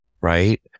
right